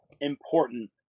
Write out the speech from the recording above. important